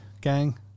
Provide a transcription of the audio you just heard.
gang